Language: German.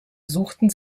suchten